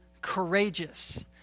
courageous